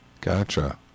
Gotcha